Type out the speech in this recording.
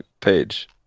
page